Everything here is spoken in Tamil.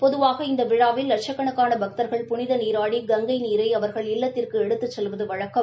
பொதுவாக இந்த விழாவில் லட்சக்கணக்கான பக்தர்கள் புளித நீராடி கங்கை நீரை அவர்கள் இல்லத்திற்கு எடுத்துச் செல்வது வழக்கம்